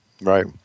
Right